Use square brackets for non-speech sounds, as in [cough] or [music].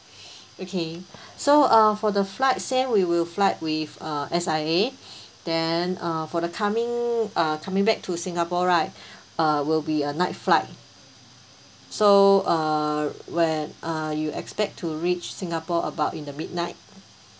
[breath] okay [breath] so uh for the flight same we will fly with uh S_I_A [breath] then uh for the coming uh coming back to singapore right [breath] uh will be a night flight so uh when uh you expect to reach singapore about in the midnight